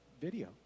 video